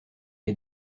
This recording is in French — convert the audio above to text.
les